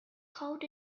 called